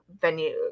venue